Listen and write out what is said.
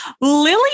Lily